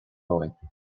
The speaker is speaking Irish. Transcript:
romhainn